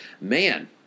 Man